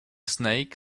snake